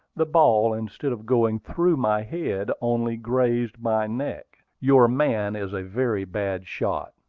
the ball, instead of going through my head, only grazed my neck. your man is a very bad shot.